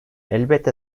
elbette